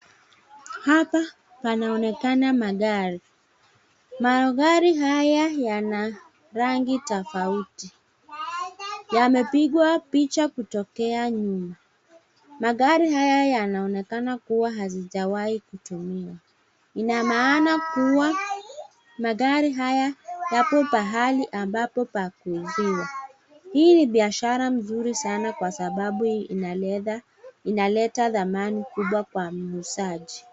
Hapa panaonekana magari. Magari haya yana rangi tofauti. Yamepigwa picha kutokea nyuma. Magari haya yanaonekana kuwa hazijawai kutumiwa. Ina maana kuwa magari haya yapo pahali ambapo pa kuuziwa. Hii ni biashara nzuri sana kwa sababu inaleta dhamana kubwa wa mwuzaji.